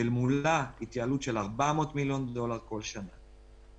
ומולה התייעלות של 400 מיליון דולר כל שנה.